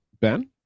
Ben